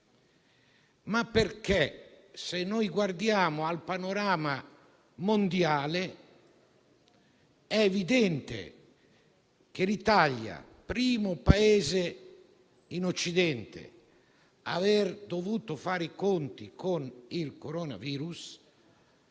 ma perché, se guardiamo al panorama mondiale, è evidente che l'Italia, primo Paese in Occidente ad aver dovuto fare i conti con il coronavirus,